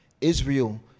Israel